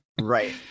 Right